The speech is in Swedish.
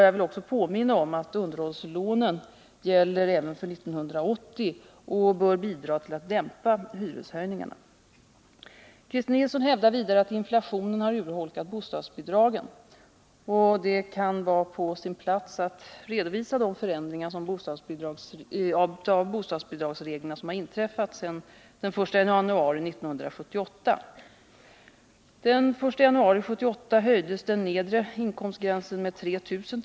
Jag vill också påminna om att underhållslånen gäller även för år 1980 och bör bidra till att dämpa hyreshöjningarna. Christer Nilsson hävdar vidare att inflationen har urholkat bostadsbidra gen. Det kan därför vara på sin plats att redovisa de ändringar av bostadsbidragsreglerna som inträffat sedan 1 januari 1978. Den 1 januari 1978 höjdes den nedre inkomstgränsen med 3 000 kr.